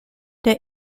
der